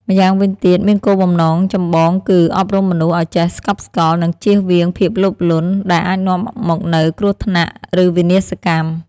ម្យ៉ាងវិញទៀត មានគោលបំណងចម្បងគឺ អប់រំមនុស្សឱ្យចេះស្កប់ស្កល់ និងចៀសវាងភាពលោភលន់ ដែលអាចនាំមកនូវគ្រោះថ្នាក់ ឬវិនាសកម្ម។